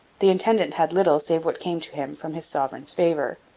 the intendant had little save what came to him from his sovereign's favour.